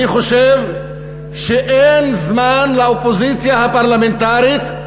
אני חושב שאין זמן לאופוזיציה הפרלמנטרית,